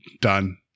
done